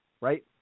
Right